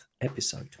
episode